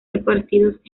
repartidos